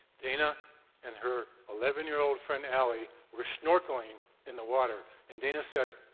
dana and her eleven year old friend aly were snorkeling in the water, and dana said,